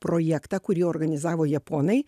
projektą kurį organizavo japonai